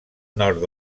nord